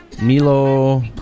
Milo